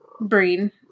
Breen